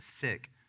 thick